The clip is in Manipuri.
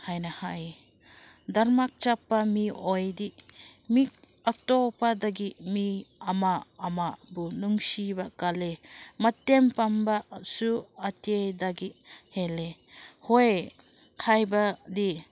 ꯍꯥꯏꯅ ꯍꯥꯏꯌꯦ ꯙꯔꯃ ꯆꯠꯄ ꯃꯤꯑꯣꯏꯗꯤ ꯃꯤ ꯑꯇꯣꯞꯄꯗꯒꯤ ꯃꯤ ꯑꯃ ꯑꯃꯕꯨ ꯅꯨꯡꯁꯤꯕ ꯀꯜꯂꯦ ꯃꯇꯦꯡ ꯄꯥꯡꯕꯁꯨ ꯑꯇꯩꯗꯒꯤ ꯍꯦꯜꯂꯦ ꯍꯣꯏ ꯍꯥꯏꯕꯗꯤ